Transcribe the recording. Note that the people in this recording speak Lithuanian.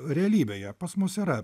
realybėje pas mus yra